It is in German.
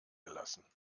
gelassen